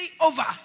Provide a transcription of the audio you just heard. over